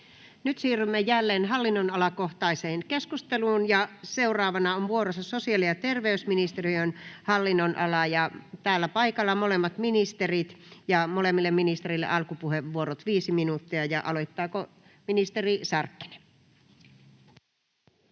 Nyt siirrymme jälleen hallinnonalakohtaiseen keskusteluun. Ja seuraavana on vuorossa sosiaali- ja terveysministeriön hallinnonala ja täällä paikalla molemmat ministerit. Molemmille ministereille alkupuheenvuorot, 5 minuuttia. — Ja aloittaako ministeri Sarkkinen?